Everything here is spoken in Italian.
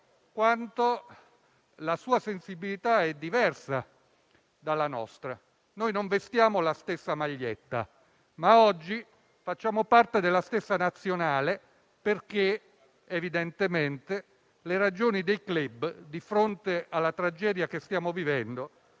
quanto la sua sensibilità sia diversa dalla nostra; non vestiamo la stessa maglietta ma oggi facciamo parte della stessa nazionale, perché evidentemente le ragioni del *club* di fronte alla tragedia che stiamo vivendo